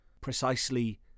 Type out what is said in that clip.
Precisely